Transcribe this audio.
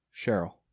Cheryl